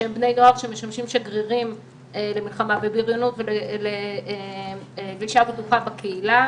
שהם בני נוער שמשמשים שגרירים למלחמה בבריונות ולגלישה בטוחה בקהילה,